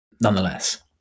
nonetheless